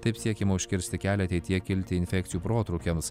taip siekiama užkirsti kelią ateityje kilti infekcijų protrūkiams